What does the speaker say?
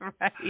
Right